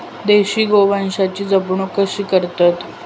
देशी गोवंशाची जपणूक कशी करतत?